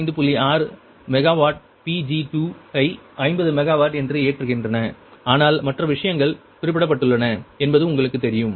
6 megawatt Pg2 ஐ 50 megawatt என்று ஏற்றுகின்றன ஆனால் மற்ற விஷயங்கள் குறிப்பிடப்பட்டுள்ளன என்பது உங்களுக்குத் தெரியும்